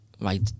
right